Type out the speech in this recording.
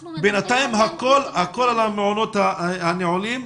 אנחנו מדברים על --- בינתיים הכול על המעונות הנעולים.